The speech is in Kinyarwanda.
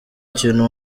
kintu